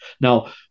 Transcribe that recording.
Now